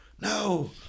No